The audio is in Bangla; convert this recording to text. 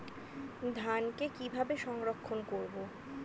ধানকে কিভাবে সংরক্ষণ করব?